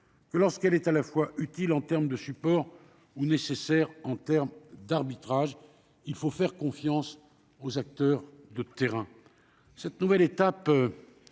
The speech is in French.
que lorsqu'elle est utile en matière de support ou nécessaire en termes d'arbitrages. Il faut faire confiance aux acteurs de terrain